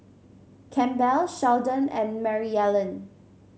Campbell Sheldon and Maryellen